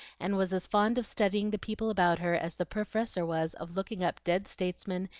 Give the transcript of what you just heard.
and was as fond of studying the people about her as the professor was of looking up dead statesmen,